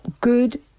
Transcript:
good